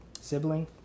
sibling